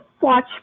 watch